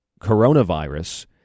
coronavirus